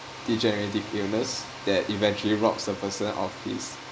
degenerative illness that eventually robs the person of his